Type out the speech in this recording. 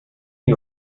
you